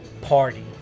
party